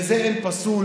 בזה אין פסול.